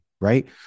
right